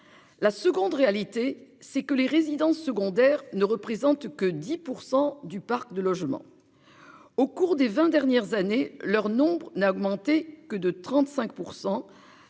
La seconde réalité c'est que les résidences secondaires ne représente que 10% du parc de logements. Au cours des 20 dernières années, leur nombre n'a augmenté que de 35%